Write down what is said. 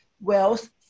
wealth